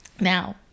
Now